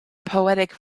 poetic